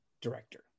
director